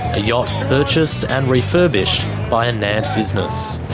a yacht purchased and refurbished by a nant business.